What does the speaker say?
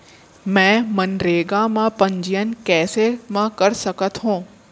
मैं मनरेगा म पंजीयन कैसे म कर सकत हो?